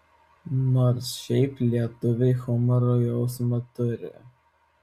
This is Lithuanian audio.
nors šiaip lietuviai humoro jausmą turi